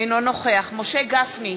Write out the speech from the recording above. אינו נוכח משה גפני,